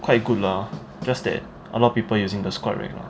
quite good lah just that a lot of people using the squat rack lah